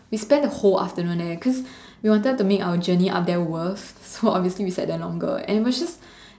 we spent the whole afternoon there cause we wanted to make our journey up there worth so obviously we sat there longer and it was just